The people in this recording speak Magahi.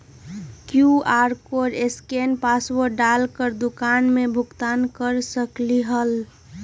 कियु.आर कोड स्केन पासवर्ड डाल कर दुकान में भुगतान कर सकलीहल?